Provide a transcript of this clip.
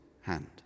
hand